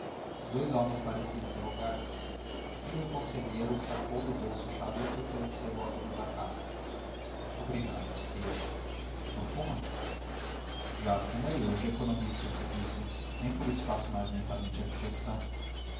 os dois homens pareciam interrogar se o filho do conselheiro sacou do bolso um charuto e ofereceu o ao dono da casa obrigado disse este não fuma já fumei hoje economizo esse vício nem por isso faço mais lentamente a digestão